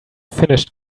finished